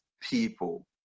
people